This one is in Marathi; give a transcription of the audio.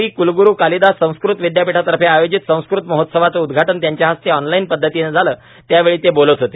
कविक्लग्रू कालिदास संस्कृत विद्यापीठातर्फे आयोजित संस्कृत महोत्सवाचं उद्घाटन त्यांच्या हस्ते ऑनलाईन पद्धतीनं झालं त्यावेळी ते बोलत होते